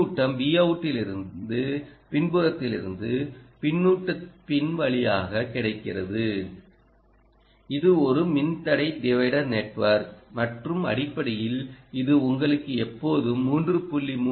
பின்னூட்டம் Vout லிருந்து பின்புறத்திலிருந்து பின்னூட்ட பின் வழியாக கிடைக்கிறது இது ஒரு மின்தடை டிவைடர் நெட்வொர்க் மற்றும் அடிப்படையில் இது உங்களுக்கு எப்போதும் 3